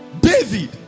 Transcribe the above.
David